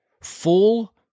full